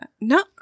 No